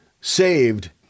saved